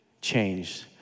changed